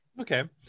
Okay